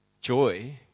joy